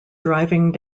driving